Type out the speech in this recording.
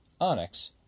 Onyx